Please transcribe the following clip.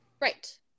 right